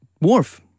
Worf